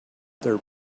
their